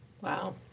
Wow